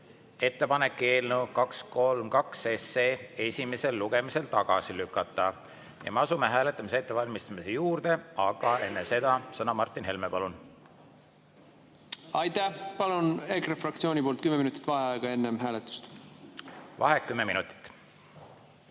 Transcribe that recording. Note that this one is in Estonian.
ettepanek eelnõu 232 esimesel lugemisel tagasi lükata. Me asume hääletamise ettevalmistamise juurde, aga enne seda on sõna Martin Helmel. Palun! Aitäh! Palun EKRE fraktsiooni nimel kümme minutit vaheaega enne hääletust. Vaheaeg kümme minutit.V